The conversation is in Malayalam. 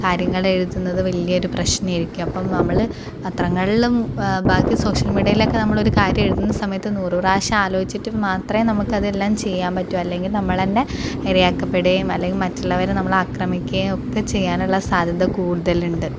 കാര്യങ്ങൾ എഴുതുന്നത് വലിയൊരു പ്രശ്നമായിരിക്കും അപ്പോൾ നമ്മള് പത്രങ്ങളിലും ബാക്കി സോഷ്യൽ മീഡിയയിലും ഒക്കെ നമ്മൾ ഒരു കാര്യം എഴുതുന്ന സമയത്ത് നൂറ് പ്രാവശ്യം ആലോചിച്ചിട്ട് മാത്രമേ നമുക്ക് അതെല്ലാം ചെയ്യാൻ പറ്റു അല്ലെങ്കിൽ നമ്മള് തന്നെ ഇരയാക്കപ്പെടുകയും അല്ലെങ്കിൽ മറ്റുള്ളവര് നമ്മളെ ആക്രമിക്കുകയും ഒക്കെ ചെയ്യാനുള്ള സാധ്യത കൂടുതലുണ്ട്